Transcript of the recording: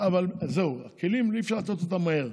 אבל זהו, כלים אי-אפשר לתת מהר.